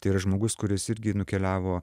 tai yra žmogus kuris irgi nukeliavo